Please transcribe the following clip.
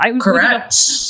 Correct